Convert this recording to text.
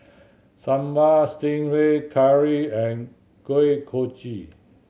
Sambal Stingray curry and Kuih Kochi